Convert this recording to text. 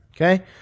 okay